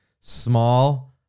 small